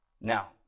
Now